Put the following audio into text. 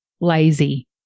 lazy